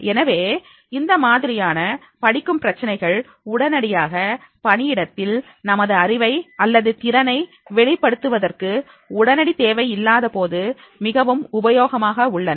எனவே இந்த மாதிரியான படிக்கும் பிரச்சனைகள் உடனடியாக பணியிடத்தில் நமது அறிவை அல்லது திறனை வெளிப்படுத்துவதற்கு உடனடி தேவை இல்லாத போது மிகவும் உபயோகமாக உள்ளன